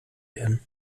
werden